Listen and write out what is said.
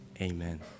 Amen